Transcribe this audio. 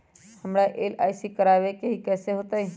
हमरा एल.आई.सी करवावे के हई कैसे होतई?